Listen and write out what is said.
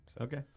Okay